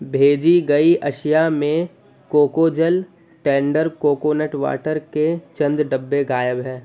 بھیجی گئی اشیا میں کوکوجل ٹینڈر کوکونٹ واٹر کے چند ڈبے غائب ہیں